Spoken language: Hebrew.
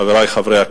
הוא מכיר את